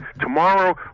Tomorrow